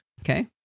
Okay